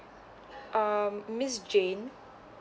um miss jane